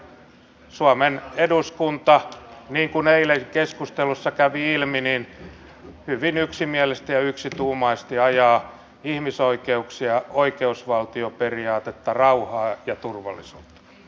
totta kai suomen eduskunta niin kuin eilen keskustelussa kävi ilmi hyvin yksimielisesti ja yksituumaisesti ajaa ihmisoikeuksia oikeusvaltioperiaatetta rauhaa ja turvallisuutta